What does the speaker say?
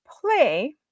play